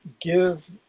give